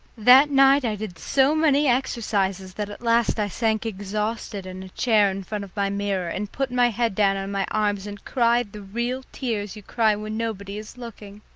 that night i did so many exercises that at last i sank exhausted in a chair in front of my mirror and put my head down on my arms and cried the real tears you cry when nobody is looking.